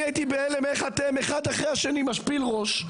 אני הייתי בהלם איך אתם אחד אחר השני משפיל ראש.